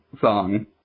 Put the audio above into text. song